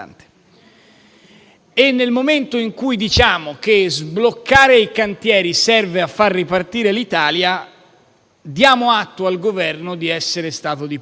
Nel momento in cui diciamo che sbloccare i cantieri serve a far ripartire l'Italia, diamo atto al Governo di essere stato di parola.